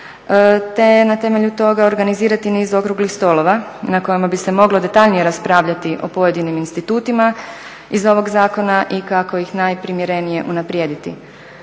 te na temelju toga organizirati niz okruglih stolova na kojima bi se moglo detaljnije raspravljati o pojedinim institutima iz ovog zakona i kako ih najprimjerenije unaprijediti.